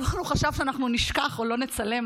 הוא חשב שאנחנו נשכח או לא נצלם.